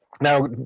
Now